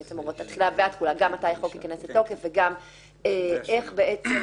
בעצם הוראות מתי החוק ייכנס לתוקף וגם איך בעצם